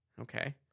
Okay